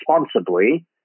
responsibly